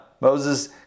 Moses